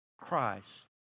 Christ